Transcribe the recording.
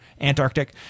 Antarctic